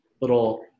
little